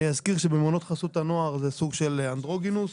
אני אזכיר שבמעונות חסות הנוער זה סוג של אנדרוגינוס.